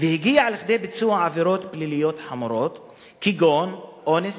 והגיע לביצוע עבירות פליליות חמורות כגון אונס,